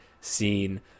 scene